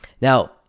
Now